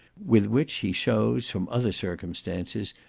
with which he shows, from other circumstances,